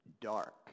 Dark